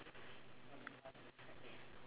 okay hi